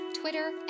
Twitter